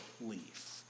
leaf